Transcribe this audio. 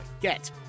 get